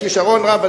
בכשרון רב,